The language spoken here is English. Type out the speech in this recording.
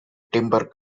timber